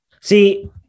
See